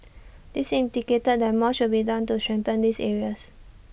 this indicated that more should be done to strengthen these areas